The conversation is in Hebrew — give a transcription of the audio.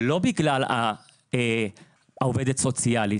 לא בגלל העובדת הסוציאלית,